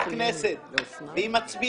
דעתנו המקצועית היא שאין מקום להפריד בין המוצרים,